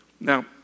Now